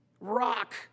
rock